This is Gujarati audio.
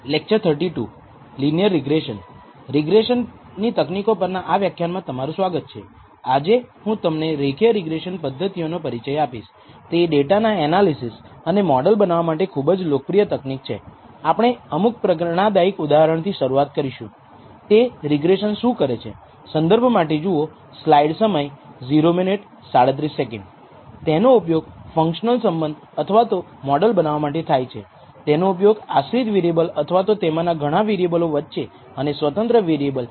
પહેલાનાં વ્યાખ્યાનમાં આપણે જોયું કે કેવી રીતે બે ચલો x કે જે સ્વતંત્ર ચલ છે અને y કે જે આશ્રિત ચલ છે તેની વચ્ચેના રેખીય મોડેલ ને રીગ્રેશન તકનીકો કહેવાય છે તથા રેખીય મોડેલ કઈ રીતે ઉપયોગમાં લઇ શકાય અને આ વિશેષ વ્યાખ્યાનમાં આપણે નક્કી કરીશું કે આપણે ખરેખર જે મોડેલ ફીટ કર્યું છે તે વ્યાજબી રીતે પર્યાપ્તસારું છે કે નહીં